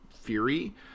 Fury